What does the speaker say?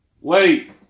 wait